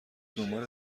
دنبال